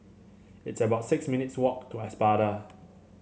it's about six minutes walk to Espada